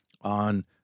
on